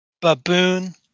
baboon